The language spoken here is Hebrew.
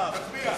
תצביע.